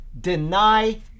deny